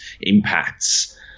impacts